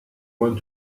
want